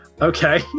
Okay